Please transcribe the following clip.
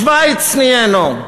שווייץ נהיינו.